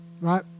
Right